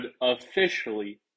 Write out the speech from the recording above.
officially